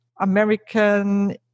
American